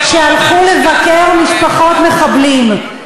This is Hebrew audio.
שהלכו לבקר משפחות מחבלים.